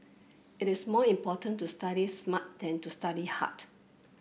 it is more important to study smart than to study hard